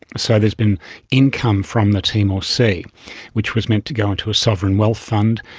so there's been income from the timor sea which was meant to go into a sovereign wealth fund,